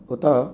उत